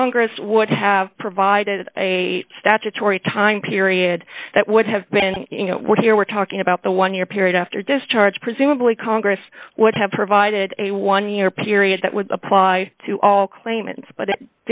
congress would have provided a statutory time period that would have been you know we're here we're talking about the one year period after discharge presumably congress would have provided a one year period that would apply to all claimants but